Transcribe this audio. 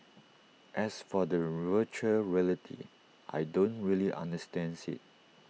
as for the Virtual Reality I don't really understands IT